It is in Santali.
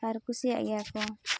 ᱟᱨ ᱠᱩᱥᱤᱭᱟᱜ ᱜᱮᱭᱟᱠᱚ